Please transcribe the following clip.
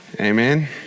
Amen